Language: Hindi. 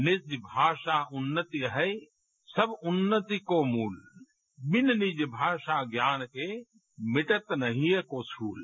निज भाषा उन्नति अहै सब उन्नति को मूल बिन निज भाषा ज्ञान के मिटत न हिय को सूल